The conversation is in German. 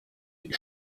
die